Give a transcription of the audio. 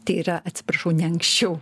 tai yra atsiprašau ne anksčiau